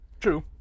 True